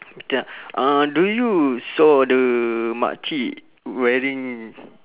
uh do you saw the makcik wearing